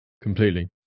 Completely